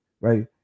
Right